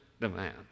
demand